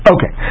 Okay